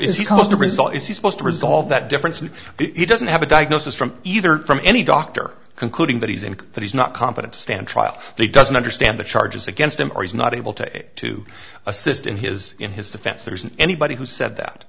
he the result is he supposed to resolve that difference and he doesn't have a diagnosis from either from any doctor concluding that he's in that he's not competent to stand trial they doesn't understand the charges against him or he's not able to to assist in his in his defense there isn't anybody who said that